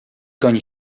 goni